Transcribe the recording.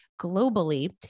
globally